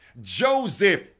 Joseph